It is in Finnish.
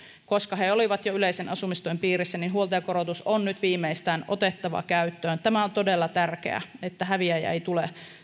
koska he olivat jo yleisen asumistuen piirissä huoltajakorotus on nyt viimeistään otettava käyttöön on todella tärkeää että häviäjiä ei tule